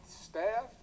staff